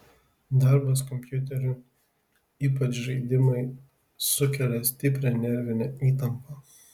darbas kompiuteriu ypač žaidimai sukelia stiprią nervinę įtampą